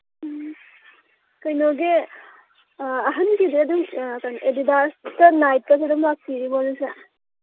ꯎꯝ ꯀꯩꯅꯣꯒꯤ ꯑꯍꯟꯒꯤꯁꯦ ꯑꯗꯨꯝ ꯑꯦꯗꯤꯗꯥꯁꯀ ꯅꯥꯏꯛꯀꯁꯦ ꯑꯗꯨꯝ ꯂꯥꯛꯄꯤꯔꯤꯕꯣ ꯍꯧꯖꯤꯛꯁꯦ